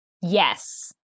Yes